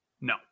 No